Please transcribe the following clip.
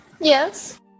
Yes